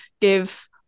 give